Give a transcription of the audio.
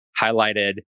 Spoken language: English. highlighted